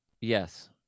yes